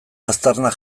aztarnak